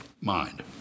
mind